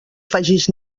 faces